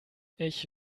ich